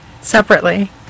separately